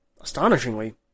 astonishingly